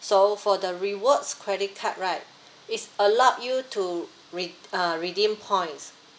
so for the rewards credit card right it allowed you to re~ uh redeem points